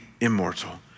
immortal